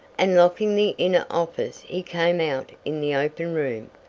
and locking the inner office he came out in the open room.